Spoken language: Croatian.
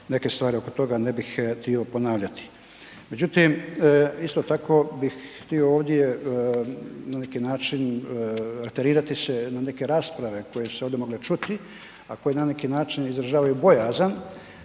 neke stvari oko toga ne bih htio ponavljati. Međutim isto tako bih htio ovdje na neki način referirati se na neke rasprave koje su se ovdje mogle čuti a koje na neki način izražavaju bojazan